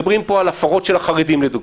מדברים על הפרות של החרדים, לדוגמה.